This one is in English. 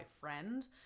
friend